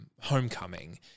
Homecoming